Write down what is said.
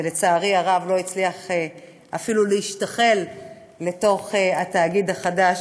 שלצערי הרב לא הצליח אפילו להשתחל לתוך התאגיד החדש,